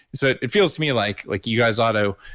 so it feels to me like like you guys ought to.